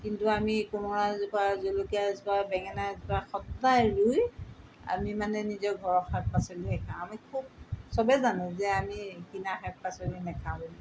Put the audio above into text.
কিন্তু আমি কোমোৰাজোপা জলকীয়া এজোপা বেঙেনা এজোপা সদায় ৰুই আমি মানে নিজৰ ঘৰৰ শাক পাচলিহে খাওঁ আমি খুব সবে জানে যে আমি কিনা শাক পাচলি নাখাওঁ বুলি